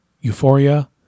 euphoria